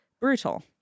Brutal